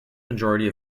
majority